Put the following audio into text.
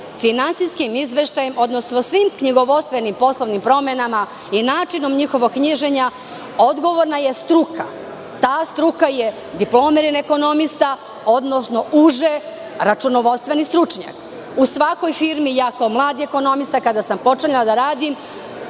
finansijskim izveštajem, odnosno svim knjigovodstvenim poslovnim promenama i načinom njihovog knjiženja odgovorna je struka. Ta struka je diplomirani ekonomista, odnosno uže računovodstveni stručnjak.U svakoj firmi kada sam kao jako mlad ekonomista počinjala da radim,